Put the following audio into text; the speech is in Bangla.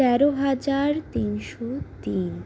তেরো হাজার তিনশো তিন